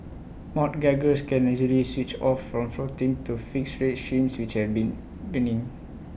mortgagors can easily switch off from floating to fixed rate schemes which have been